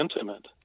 intimate